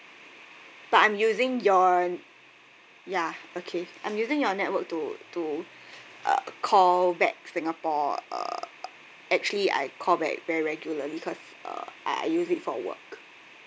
but I'm using your ya okay I'm using your network to to uh call back singapore uh actually I call back very regularly because uh I I use it for work